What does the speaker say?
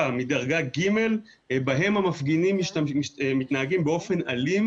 מדרגה ג' בה המפגינים מתנהגים באופן אלים,